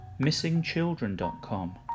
Missingchildren.com